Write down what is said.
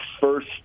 first